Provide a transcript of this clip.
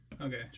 okay